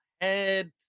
head